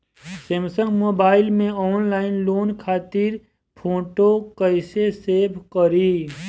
Samsung mobile में online loan खातिर photo कैसे सेभ करीं?